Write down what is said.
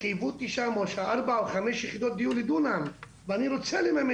תשע מטר ואני לא יכול לעשות עוד,